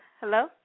Hello